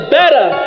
better